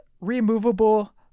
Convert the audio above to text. removable